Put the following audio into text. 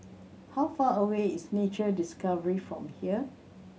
how far away is Nature Discovery from here